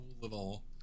little